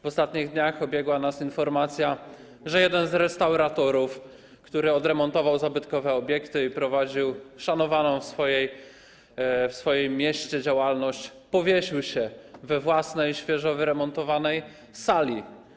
W ostatnich dniach obiegła nas informacja, że jeden z restauratorów, który odremontował zabytkowe obiekty i prowadził szanowaną w swoim mieście działalność, powiesił się we własnej, świeżo wyremontowanej sali.